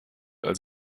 als